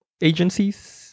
agencies